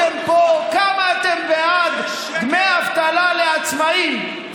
עמדתם ונאמתם פה כמה אתם בעד דמי אבטלה לעצמאים,